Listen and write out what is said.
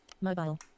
Mobile